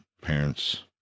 parents